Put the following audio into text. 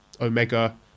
Omega